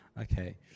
Okay